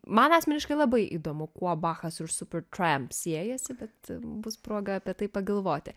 man asmeniškai labai įdomu kuo bachas ir supirkėjams siejasi tad bus proga apie tai pagalvoti